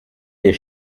les